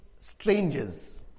strangers